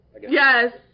Yes